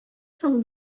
соң